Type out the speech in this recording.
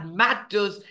matters